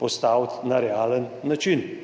postaviti na realen način.